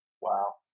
Wow